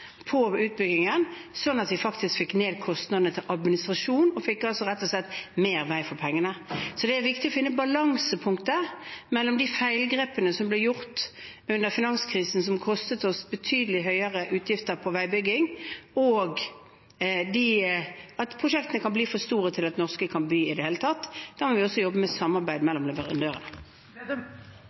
på utbyggingen, slik at vi faktisk fikk ned kostnadene til administrasjon – vi fikk rett og slett mer vei for pengene. Så det er viktig å finne balansepunktet mellom de feilgrepene som ble gjort under finanskrisen, som ga oss betydelig høyere utgifter på veibygging, og at prosjektene kan bli for store til at norske kan by i det hele tatt. Da må vi også jobbe med samarbeid mellom